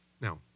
Now